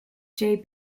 jay